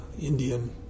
Indian